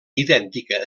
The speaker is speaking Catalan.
idèntica